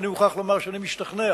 ואני מוכרח לומר שאני משתכנע